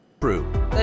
true